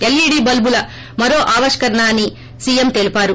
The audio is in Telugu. ఎల్ఈడీ బల్పులు మరో ఆవిష్కరణ అని సీఎం తెలిపారు